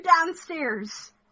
downstairs